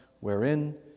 wherein